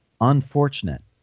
unfortunate